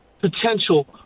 potential